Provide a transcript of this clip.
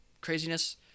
craziness